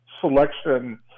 selection